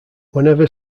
whenever